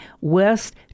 west